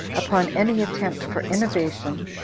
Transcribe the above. upon any attempt for innovation,